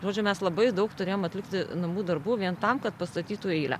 žodžiu mes labai daug turėjom atlikti namų darbų vien tam kad pastatytų į eilę